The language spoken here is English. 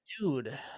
Dude